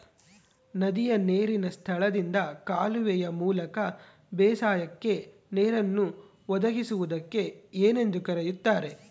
ನದಿಯ ನೇರಿನ ಸ್ಥಳದಿಂದ ಕಾಲುವೆಯ ಮೂಲಕ ಬೇಸಾಯಕ್ಕೆ ನೇರನ್ನು ಒದಗಿಸುವುದಕ್ಕೆ ಏನೆಂದು ಕರೆಯುತ್ತಾರೆ?